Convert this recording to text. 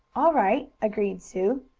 all right! agreed sue.